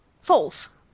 False